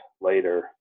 later